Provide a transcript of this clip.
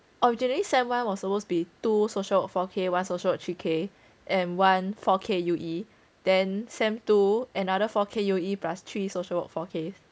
originally sem one was supposed to be two social work four K one social work three K and one four K U_E then sem two another four K U_E plus three social work four K